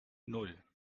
nan